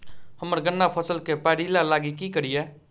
हम्मर गन्ना फसल मे पायरिल्ला लागि की करियै?